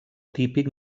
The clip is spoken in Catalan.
típic